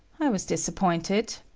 i was disappointed.